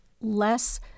less